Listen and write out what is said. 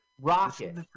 rocket